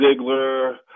Ziggler